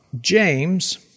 James